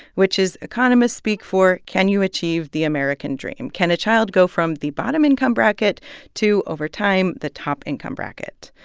which is economist speak for, can you achieve the american dream? can a child go from the bottom income bracket to, over time, the top income bracket?